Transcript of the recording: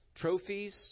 trophies